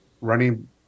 running